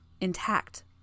Intact